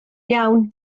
iawn